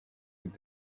with